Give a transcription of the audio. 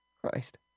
Christ